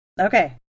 Okay